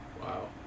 Wow